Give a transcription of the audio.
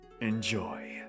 Enjoy